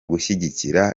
gushyigikira